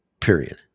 period